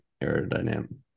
aerodynamic